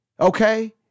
Okay